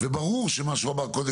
וברור שמה שהוא אמר קודם,